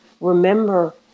remember